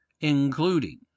including